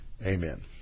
Amen